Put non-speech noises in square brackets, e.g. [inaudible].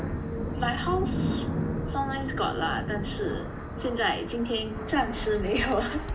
my house sometimes got lah 但是现在今天暂时没有 [laughs]